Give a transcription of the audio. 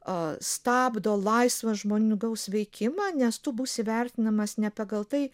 a stabdo laisvą žmonių gaus veikimą nes tu būsi vertinamas ne pagal tai